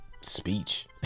speech